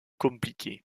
compliquées